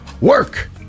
work